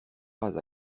pas